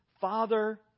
Father